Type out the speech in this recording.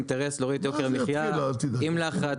רק במילה,